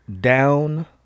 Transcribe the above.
Down